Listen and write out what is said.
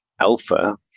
alpha